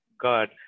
God